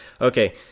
okay